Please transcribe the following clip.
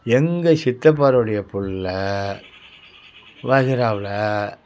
எங்கள் சித்தப்பாவுடைய பிள்ள வகைறாவில்